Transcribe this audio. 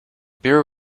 beer